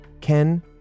Ken